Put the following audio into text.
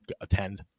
attend